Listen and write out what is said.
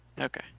okay